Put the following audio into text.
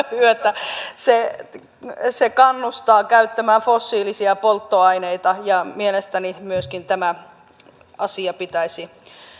yötä se se kannustaa käyttämään fossiilisia polttoaineita mielestäni myöskin tämä asia pitäisi